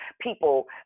people